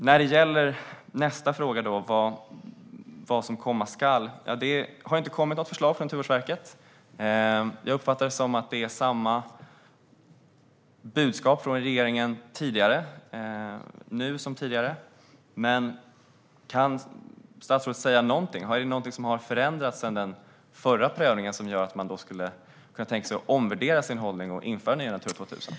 När det gäller nästa fråga, vad som komma skall, har det inte kommit något förslag från Naturvårdsverket. Jag uppfattar det som att det är samma budskap från regeringen nu som tidigare, men kan statsrådet säga någonting? Är det någonting som har förändrats sedan den förra prövningen som gör att man skulle kunna tänka sig att omvärdera sin hållning och införa nya Natura 2000?